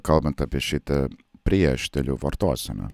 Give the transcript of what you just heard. kalbant apie šitą priešdėlių vartoseną